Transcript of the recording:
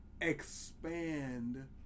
expand